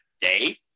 day